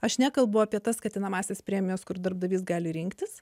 aš nekalbu apie tas skatinamąsias premijas kur darbdavys gali rinktis